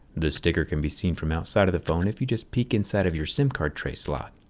this sticker can be seen from outside of the phone if you just peek inside of your sim card tray slot.